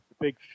big